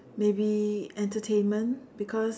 maybe entertainment because